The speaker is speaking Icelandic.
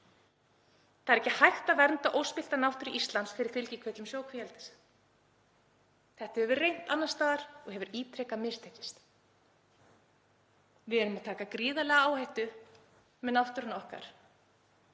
Það er ekki hægt að vernda óspillta náttúru Íslands fyrir fylgikvillum sjókvíaeldis. Þetta hefur reynt annars staðar og hefur ítrekað mistekist. Við erum að taka gríðarlega áhættu með náttúruna okkar